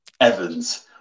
Evans